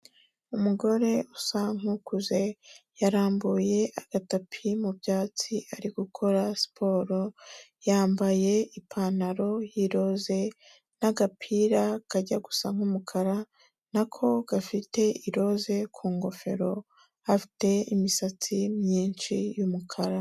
Umugore usa nk'ukuze, yarambuye agatapi mu byatsi ari gukora siporo, yambaye ipantaro y'iroze n'agapira kajya gusa nk'umukara na ko gafite iroze ku ngofero, afite imisatsi myinshi y'umukara.